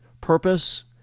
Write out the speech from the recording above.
purpose